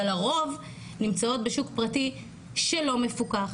אבל הרוב נמצאות בשוק פרטי שלא מפוקח,